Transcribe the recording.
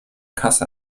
kasse